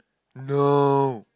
no